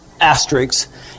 asterisks